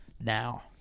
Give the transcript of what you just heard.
now